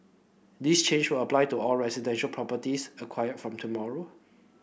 this change will apply to all residential properties acquired from tomorrow